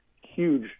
huge